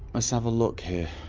ah so have a look here